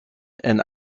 and